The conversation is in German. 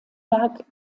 werk